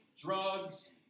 drugs